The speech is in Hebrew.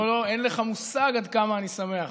לא, לא, אין לך מושג עד כמה אני שמח,